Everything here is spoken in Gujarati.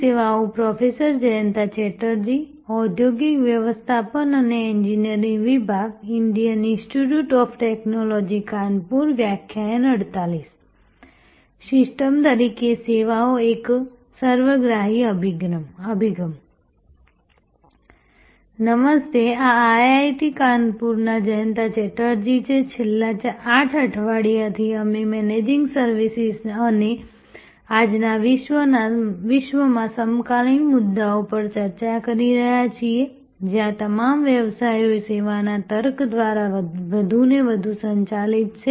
સિસ્ટમ્સ તરીકે સેવાઓ એક સર્વગ્રાહી અભિગમ નમસ્તે આ IIT કાનપુરના જયંતા ચેટર્જી છે છેલ્લા 8 અઠવાડિયાથી અમે મેનેજિંગ સર્વિસીસ અને આજના વિશ્વમાં સમકાલીન મુદ્દાઓ પર વાતચીત કરી રહ્યા છીએ જ્યાં તમામ વ્યવસાયો સેવાના તર્ક દ્વારા વધુને વધુ સંચાલિત છે